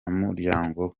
umuryango